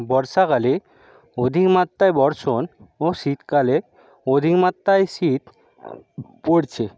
বর্ষাকালে অধিক মাত্রায় বর্ষণ ও শীতকালে অধিক মাত্রায় শীত পড়ছে